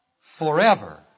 Forever